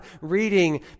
reading